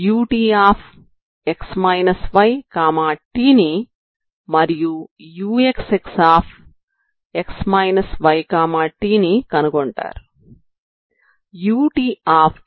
utx yt ని మరియు uxxx yt ని కనుగొంటారు